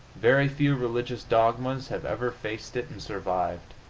very few religious dogmas have ever faced it and survived.